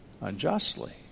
unjustly